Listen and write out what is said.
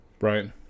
right